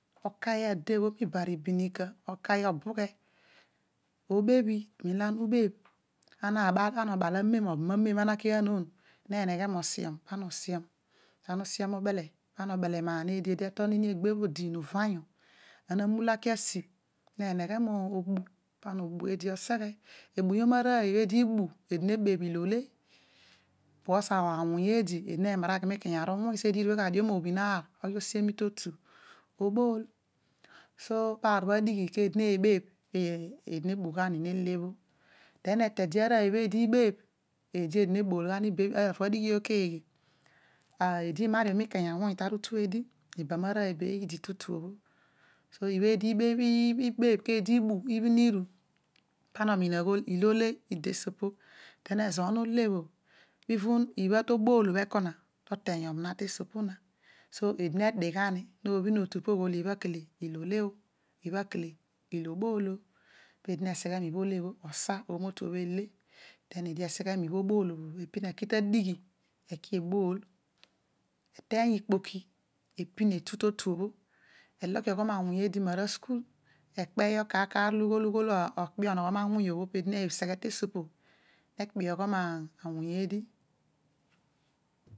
Oki ade bho miba ari ebiniga oko obughe obebhi amen olo ene ubeebh, ana na bal mem pana obal amem, obam amen ana naki aanon neneghe moosighom ana osighom ubele pana ube lemaan eedi, negbebh odiin uvanyu, ana mule aki asi neneghe moobu pana obu eedi oseghe ebuyom arooy, eedi nwuny eedi ebun so eedi erue dio morool pa awuny oghi orool, osa omootu bho ale, eseghe miibhe obool epin eki ta adighi eki ebool eteeny ikpoki apin atu totu bho aloghiom awuny na sukul okpeyogh kor kar ole ughol ghol okpeyogh peedi neseghe ta esi opo bho nekpeyon awuny eedi